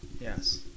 Yes